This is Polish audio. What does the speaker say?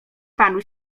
panu